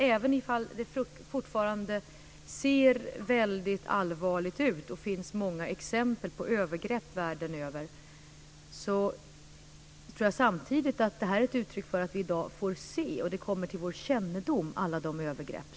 Även om det fortfarande ser väldigt allvarligt ut och det finns många exempel på övergrepp världen över tror jag att det är ett uttryck för att alla övergrepp som sker kommer till vår kännedom.